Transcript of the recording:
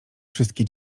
wszystkie